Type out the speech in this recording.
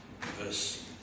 verse